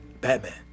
Batman